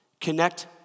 connect